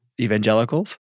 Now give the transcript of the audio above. evangelicals